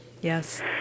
Yes